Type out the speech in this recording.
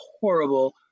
horrible